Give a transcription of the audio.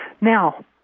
Now